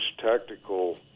tactical